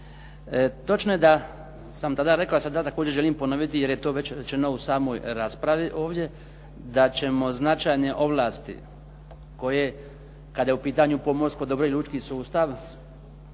Točno je da sam tada rekao, a sada također želim ponoviti jer je to već rečeno u samoj raspravi ovdje da ćemo značajne ovlasti koje, kada je u pitanju pomorsko dobro i lučki sustav